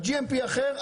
ב-GMP אחר,